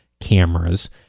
cameras